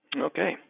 Okay